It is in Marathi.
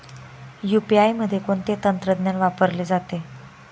यू.पी.आय मध्ये कोणते तंत्रज्ञान वापरले जाते?